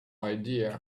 idea